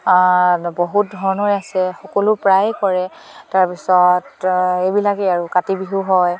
বহুত ধৰণৰে আছে সকলো প্ৰায়ে কৰে তাৰপিছত এইবিলাকেই আৰু কাতি বিহু হয়